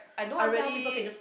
I really